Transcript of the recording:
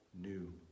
new